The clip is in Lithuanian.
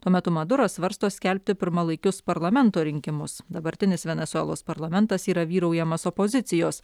tuo metu maduras svarsto skelbti pirmalaikius parlamento rinkimus dabartinis venesuelos parlamentas yra vyraujamas opozicijos